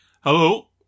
Hello